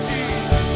Jesus